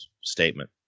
statement